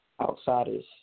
outsiders